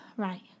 Right